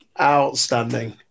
Outstanding